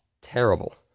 terrible